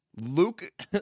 Luke